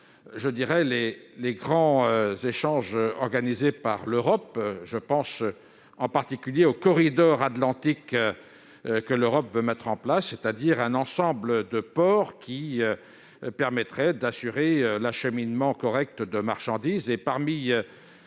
évoquer les grands échanges organisés par l'Europe. Je pense en particulier au corridor Atlantique que l'Europe veut mettre en place, c'est-à-dire un ensemble de ports qui permettraient d'assurer un acheminement correct des marchandises.